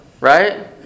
right